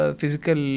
physical